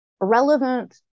relevant